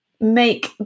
make